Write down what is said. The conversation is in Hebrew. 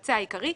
המבצע העיקרי.